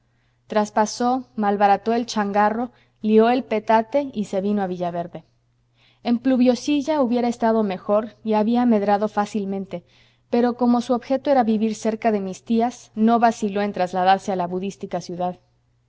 traspasó malbarató el changarro lió el petate y se vino a villaverde en pluviosilla hubiera estado mejor y habría medrado fácilmente pero como su objeto era vivir cerca de mis tías no vaciló en trasladarse a la budística ciudad